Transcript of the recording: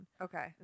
Okay